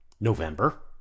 November